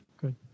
Good